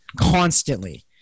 constantly